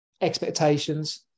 expectations